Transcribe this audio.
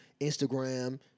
Instagram